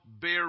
bear